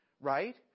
right